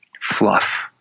fluff